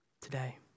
today